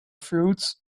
fruits